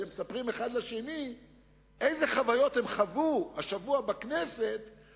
כשהם מספרים אחד לשני אילו חוויות הם